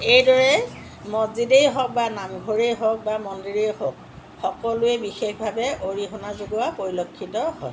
এইদৰে মছজিদেই হওক বা নামঘৰেই হওক বা মন্দিৰেই হওক সকলোৱে বিশেষভাৱে অৰিহণা যোগোৱা পৰিলক্ষিত হয়